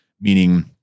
meaning